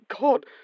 God